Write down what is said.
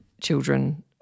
children